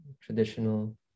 traditional